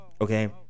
Okay